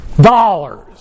dollars